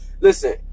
listen